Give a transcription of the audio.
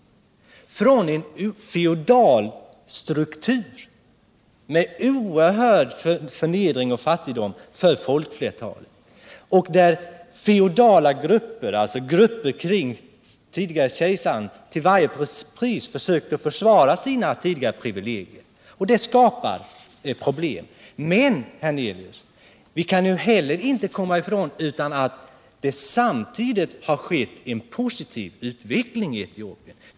Det var från en feodal struktur med oerhörd förnedring och fattigdom för folkflertalet, där feodala grupper, grupper kring den tidigare kejsaren, till varje pris försökte försvara sina tidigare privilegier. Och det skapade problem. Men herr Hernelius kan inte heller komma ifrån att det har skett en positiv utveckling i Etiopien.